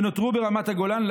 שנותרו ברמת הגולן,